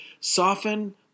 soften